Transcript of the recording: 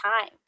time